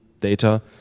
data